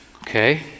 Okay